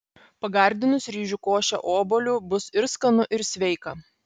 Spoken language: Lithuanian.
pagardinus ryžių košę obuoliu bus ir skanu ir sveika